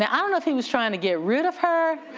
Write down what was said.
and i don't know if he was trying to get rid of her.